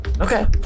Okay